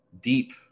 deep